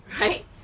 right